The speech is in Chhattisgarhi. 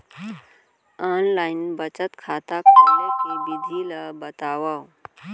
ऑनलाइन बचत खाता खोले के विधि ला बतावव?